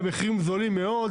במחירים זולים מאוד,